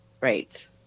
right